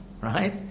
right